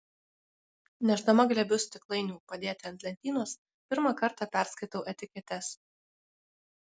nešdama glėbius stiklainių padėti ant lentynos pirmą kartą perskaitau etiketes